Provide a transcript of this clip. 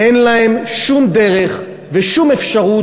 אין להם שום דרך ושום אפשרות,